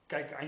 Kijk